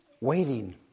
Waiting